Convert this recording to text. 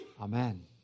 Amen